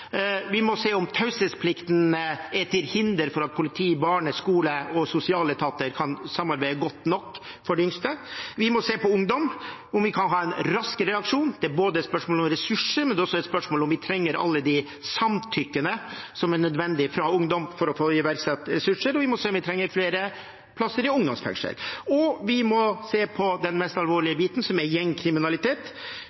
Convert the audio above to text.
Vi må se på om taushetsplikten er til hinder for at politiet, barne-, skole- og sosialetater kan samarbeide godt nok om de yngste. Vi må se på ungdom, om vi kan ha en rask reaksjon. Det er et spørsmål om ressurser, men det er også et spørsmål om vi trenger alle de samtykkene som er nødvendig fra ungdom for å få iverksatt ressurser. Vi må se på om vi trenger flere plasser i ungdomsfengsel. Og vi må se på den mest alvorlige